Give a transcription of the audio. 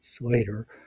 later